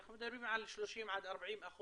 אנחנו מדברים על 30% עד 40%